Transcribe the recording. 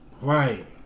right